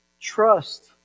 Trust